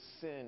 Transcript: sin